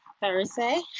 Thursday